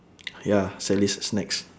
ya sally's snacks